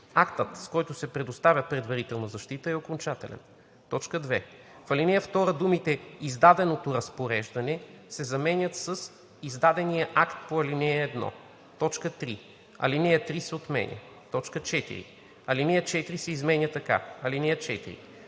Актът, с който се предоставя предварителна защита, е окончателен.“ 2. В ал. 2 думите „издаденото разпореждане“ се заменят с „издадения акт по ал. 1“. 3. Алинея 3 се отменя. 4. Алинея 4 се изменя така: „(4)